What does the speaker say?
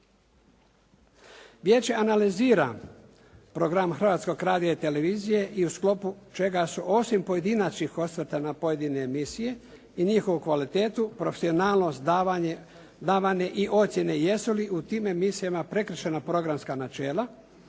Vijeće analizira program Hrvatskog radia i televizije i u sklopu čega su osim pojedinačnih osvrta na pojedine emisije i njihovu kvalitetu, profesionalnost davane i ocjene jesu li u tim emisijama prekršena programska načela